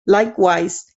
likewise